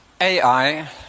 AI